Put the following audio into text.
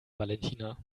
valentina